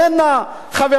ישוו אותנו לאפגניסטן,